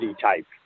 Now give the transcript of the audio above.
type